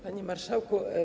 Panie Marszałku!